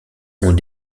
ont